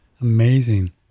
amazing